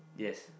yes